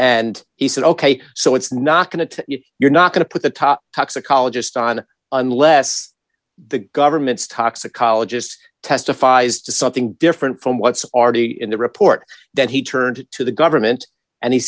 and he said ok so it's not going to you're not going to put the top toxicologist on unless the government's toxicologist testifies to something different from what's already in the report that he turned to the government and he